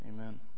amen